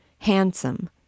handsome